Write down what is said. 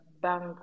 bank